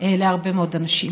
להרבה מאוד אנשים,